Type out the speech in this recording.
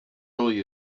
really